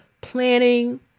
planning